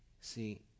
See